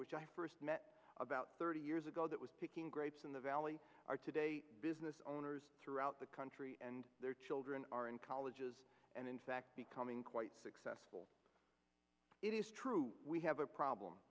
which i first met about thirty years ago that was picking grapes in the valley are today business owners throughout the country and their children are in colleges and in fact becoming quite successful it is true we have a problem